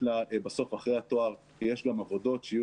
בסוף אחרי התואר יש גם עבודות שיהיו